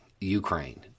Ukraine